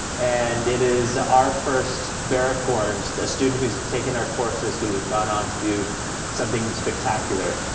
and it is our first bearicorn, so student who's taking our courses, who gone on to do something spectacular.